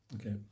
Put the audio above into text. okay